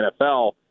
NFL